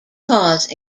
cause